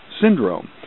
syndrome